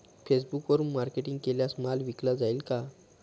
फेसबुकवरुन मार्केटिंग केल्यास माल विकला जाईल का?